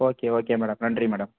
okay okay madam நன்றி madam